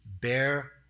Bear